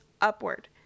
upward